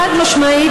חד-משמעית,